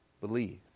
believe